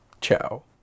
Ciao